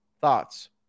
Thoughts